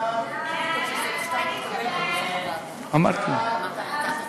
חוק לתיקון פקודת העיריות (הוראת שעה) (תיקון מס' 3),